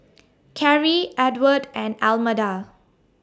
Carri Edward and Almeda